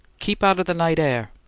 keep out of the night air